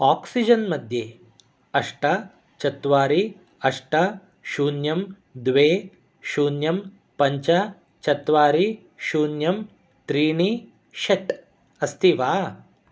आक्सिजेन्मध्ये अष्ट चत्वारि अष्ट शून्यं द्वे शून्यं पञ्च चत्वारि शून्यं त्रीणि षट् अस्ति वा